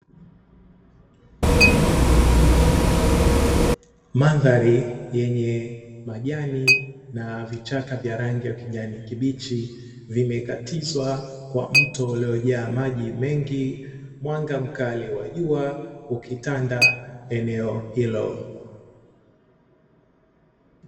Mandhari yenye majani na vichaka venye rangi ya kijani kibichi vimekatizwa kwa mto uliojaa maji mengi mwanga mkali wa jua ukitanda eneo hilo.